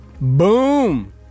boom